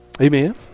Amen